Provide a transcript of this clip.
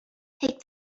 take